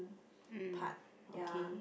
part yeah